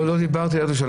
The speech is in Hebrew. לא, לא דיברתי על ירושלים.